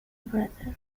brother